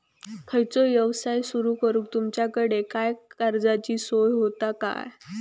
खयचो यवसाय सुरू करूक तुमच्याकडे काय कर्जाची सोय होता काय?